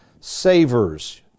savers